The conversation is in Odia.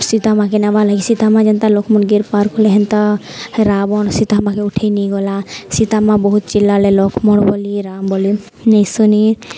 ସୀତା ମା'କେ ନେବାର ଲାଗି ସୀତାମା' ଯେନ୍ତା ଲକ୍ଷ୍ମଣ ଗାର ପାର୍ ହେଲେ ହେନ୍ତା ରାବଣ ସୀତା ମାକେ ଉଠେଇ ନେଇଗଲା ସୀତା ମା' ବହୁତ ଚିଲ୍ଲାଲେ ଲକ୍ଷ୍ମଣ ବୋଲି ରାମ ବୋଲି ନାଇଁ ଶୁନି